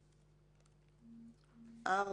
(4)